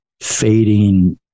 fading